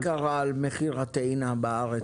אין בקרה על מחיר הטעינה בארץ?